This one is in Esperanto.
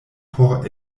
por